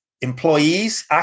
employees